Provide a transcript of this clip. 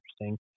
interesting